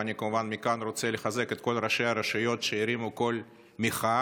ואני כמובן רוצה לחזק מכאן את כל ראשי הרשויות שהרימו קול מחאה.